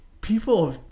people